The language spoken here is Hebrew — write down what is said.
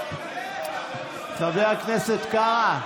חבר הכנסת קארה.